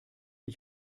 ich